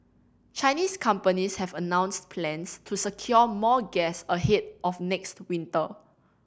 Chinese companies have announced plans to secure more gas ahead of next winter